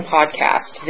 Podcast